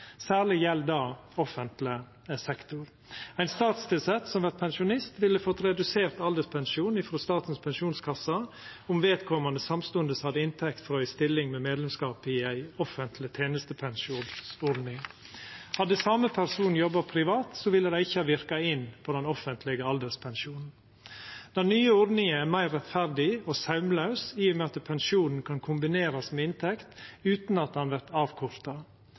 Særleg gjeld det i offentleg sektor. Ein statstilsett som vert pensjonist, ville fått redusert alderspensjonen frå Statens pensjonskasse om vedkomande samstundes hadde inntekt frå ei stilling med medlemskap i ei offentleg tenestepensjonsordning. Hadde den same personen jobba privat, ville det ikkje ha verka inn på den offentlege alderspensjonen. Den nye ordninga er meir rettferdig og saumlaus i og med at pensjonen kan kombinerast med inntekt utan at han vert avkorta.